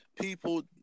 people